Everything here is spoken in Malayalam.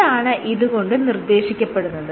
എന്താണ് ഇത് കൊണ്ട് നിർദ്ദേശിക്കപ്പെടുന്നത്